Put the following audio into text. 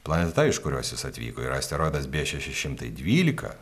planeta iš kurios jis atvyko yra asteroidas b šeši šimtai dvylika